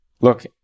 Look